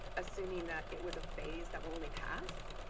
assuming that it was a phase that will only pass?